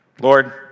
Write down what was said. Lord